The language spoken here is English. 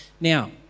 Now